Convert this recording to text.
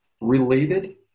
related